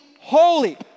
holy